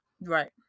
Right